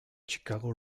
chicago